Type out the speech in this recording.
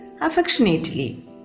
affectionately